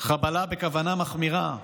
חבלה בכוונה מחמירה,